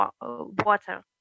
water